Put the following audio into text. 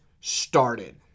started